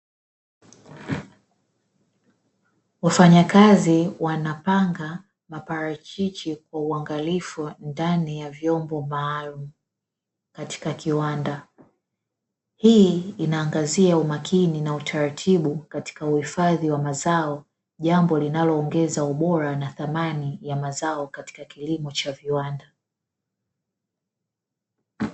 Wafanyakazi wanapanga maparachichi kwa uangalifu ndani ya vyombo maalumu katika kiwanda, hii inaangazia umakini na utaratibu katika uhifadhi wa mazao; jambo linaloongeza ubora na thamani ya mazao katika kilimo cha viwanda.